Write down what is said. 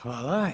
Hvala.